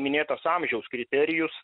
minėtos amžiaus kriterijus